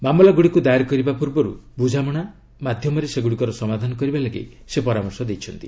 ମାମଲା ଗୁଡ଼ିକୁ ଦାଏର କରିବା ପୂର୍ବରୁ ବୁଝାମଣା ମାଧ୍ୟମରେ ସେଗୁଡ଼ିକର ସମାଧାନ କରିବାକୁ ସେ ପରାମର୍ଶ ଦେଇଛନ୍ତି